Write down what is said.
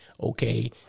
Okay